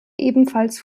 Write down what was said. ebenfalls